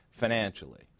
financially